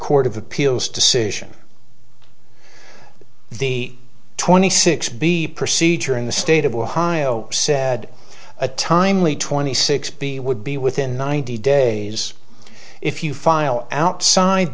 court of appeals decision the twenty six b procedure in the state of ohio said a timely twenty six b would be within ninety days if you file outside